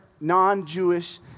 non-Jewish